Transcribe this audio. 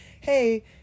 hey